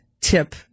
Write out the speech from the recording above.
tip